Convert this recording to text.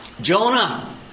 Jonah